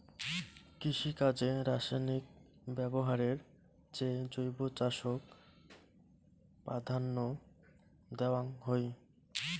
কৃষিকাজে রাসায়নিক ব্যবহারের চেয়ে জৈব চাষক প্রাধান্য দেওয়াং হই